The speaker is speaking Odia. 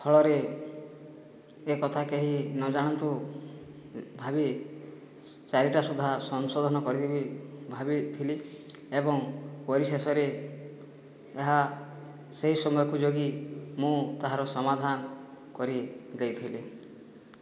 ଫଳରେ ଏକଥା କେହି ନଜାଣନ୍ତୁ ଭାବି ଚାରିଟା ସୁଧା ସଂଶୋଧନ କରିବି ଭାବିଥିଲି ଏବଂ ପରିଶେଷରେ ଏହା ସେହି ସମୟକୁ ଜଗି ମୁଁ ତାହାର ସମାଧାନ କରିଦେଇଥିଲି